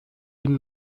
den